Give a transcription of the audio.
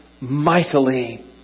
mightily